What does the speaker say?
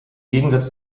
gegensatz